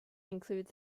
include